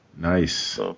Nice